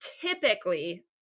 typically-